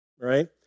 right